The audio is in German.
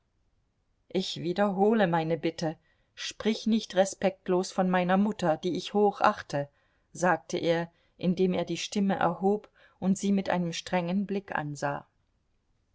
ich wiederhole meine bitte sprich nicht respektlos von meiner mutter die ich hochachte sagte er indem er die stimme erhob und sie mit einem strengen blick ansah